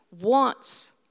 wants